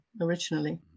originally